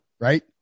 right